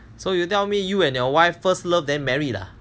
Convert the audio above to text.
so you tell me you and your wife first love then married ah